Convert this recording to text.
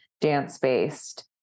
dance-based